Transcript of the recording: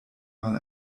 mal